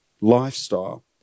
lifestyle